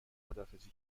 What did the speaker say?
خداحافظی